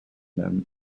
them